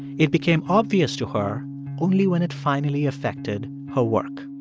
it became obvious to her only when it finally affected her work